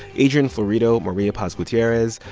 adrian florido, maria paz gutierrez,